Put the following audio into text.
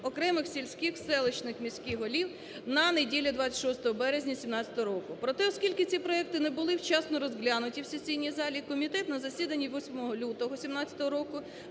окремих сільських, селищних, міських голів на неділю 26 березня 2017 року. Проте, оскільки ці проекти не були вчасно розглянуті в сесійній залі, комітет на засіданні 8 лютого 2017 року